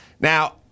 Now